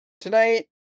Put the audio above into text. tonight